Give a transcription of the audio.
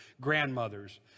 grandmother's